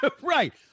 Right